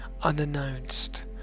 unannounced